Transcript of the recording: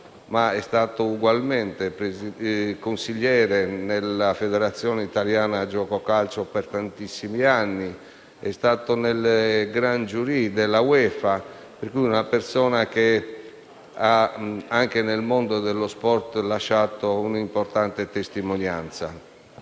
è stato anche consigliere della Federazione italiana giuoco calcio per tantissimi anni ed è stato nel Gran giurì della UEFA. È dunque una persona che, anche nel mondo dello sport, ha lasciato un'importante testimonianza.